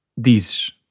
Dizes